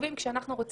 החשובים במניעת מגפה